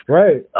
right